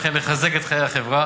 וכן לחזק את חיי החברה,